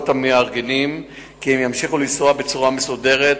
המארגנים כי הם ימשיכו לנסוע בצורה מסודרת,